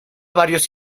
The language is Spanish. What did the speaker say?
varios